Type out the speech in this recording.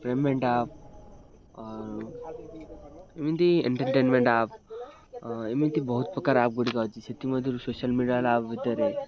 payment app ଏମିତି entertainment app ଏମିତି ବହୁତ ପ୍ରକାର ଆପ୍ ଗୁଡ଼ିକ ଅଛି ସେଥିମଧ୍ୟରୁ ସୋସିଆଲ୍ ମିଡ଼ିଆ ଆପ୍ ଭିତରେ